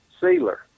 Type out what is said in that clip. sealer